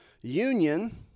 union